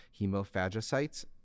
hemophagocytes